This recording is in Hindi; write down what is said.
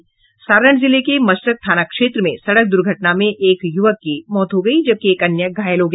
सारण जिले के मशरक थाना क्षेत्र में सड़क दुर्घटना में एक युवक की मौत हो गयी जबकि एक अन्य घायल हो गया